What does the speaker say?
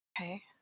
okay